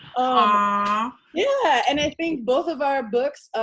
ah yeah. and i think both of our books,